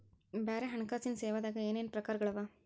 ಬ್ಯಾರೆ ಹಣ್ಕಾಸಿನ್ ಸೇವಾದಾಗ ಏನೇನ್ ಪ್ರಕಾರ್ಗಳವ?